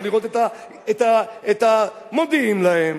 מודיעים להם,